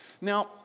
Now